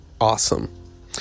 awesome